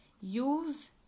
use